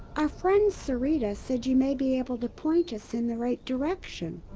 our friend sarita said you may be able to point us in the right direction.